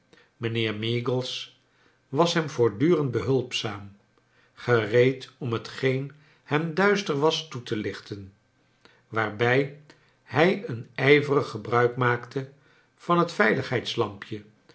mijnheer meagles was hem voortdurend behulpzaam gereed om hetgeen hem duister was toe te lichten waarbij hij een ijverig gebruik maakte van het